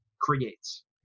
creates